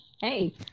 hey